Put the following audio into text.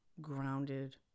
grounded